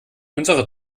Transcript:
unsere